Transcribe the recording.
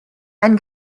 ein